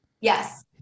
Yes